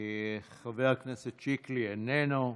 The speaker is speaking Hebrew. חבר הכנסת שיקלי, איננו.